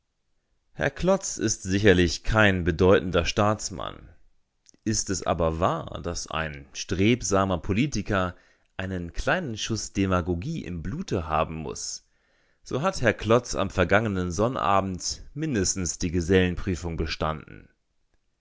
herr klotz ist sicherlich kein bedeutender staatsmann ist es aber wahr daß ein strebsamer politiker einen kleinen schuß demagogie im blute haben muß so hat herr klotz am vergangenen sonnabend mindestens die gesellenprüfung bestanden